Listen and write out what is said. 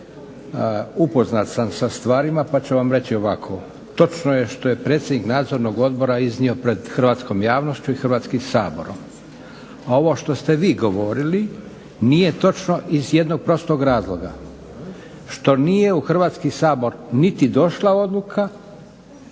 Upoznat sam sa stvarima pa ću vam reći ovako. Točno je što je predsjednik Nadzornog odbora iznio pred hrvatskom javnošću i hrvatskim saborom. Ovo što ste vi govorili nije točno iz jednog prostog razloga što nije u Hrvatski sabor niti došla odluka